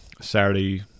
Saturday